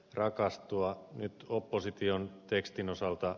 rakastua nyt opposition tekstin osalta